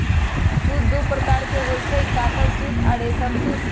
सूत दो प्रकार के होई छई, कातल सूत आ रेशा सूत